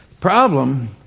Problem